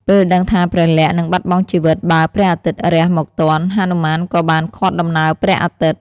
ពេលដឹងថាព្រះលក្សណ៍នឹងបាត់បង់ជីវិតបើព្រះអាទិត្យរះមកទាន់ ហនុមានក៏បានឃាត់ដំណើរព្រះអាទិត្យ។